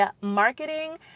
marketing